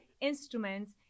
instruments